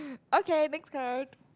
okay next card